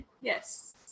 Yes